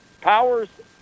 Powers